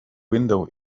window